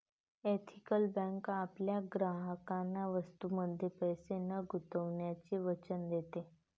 ethical bank आपल्या ग्राहकांना वस्तूंमध्ये पैसे न गुंतवण्याचे वचन देते